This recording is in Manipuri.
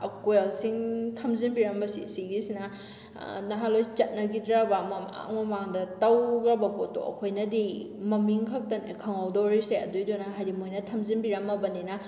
ꯀꯣꯏꯟꯁꯤꯡ ꯊꯝꯖꯤꯟꯕꯤꯔꯝꯕ ꯁꯤ ꯁꯤꯒꯤꯁꯤꯅ ꯅꯍꯥꯟꯋꯥꯏ ꯆꯠꯅꯈꯤꯗ꯭ꯔꯕ ꯃꯃꯥꯡ ꯃꯃꯥꯡꯗ ꯇꯧꯈ꯭ꯔꯕ ꯄꯣꯠꯇꯣ ꯑꯩꯈꯣꯏꯅꯗꯤ ꯃꯃꯤꯡ ꯈꯛꯇꯅꯦ ꯈꯪꯍꯧꯗꯣꯔꯤꯁꯦ ꯑꯗꯨꯏꯗꯨꯅ ꯍꯥꯏꯗꯤ ꯃꯣꯏꯅ ꯊꯝꯖꯤꯟꯕꯤꯔꯝꯃꯕꯅꯤꯅ